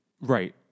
Right